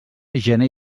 gener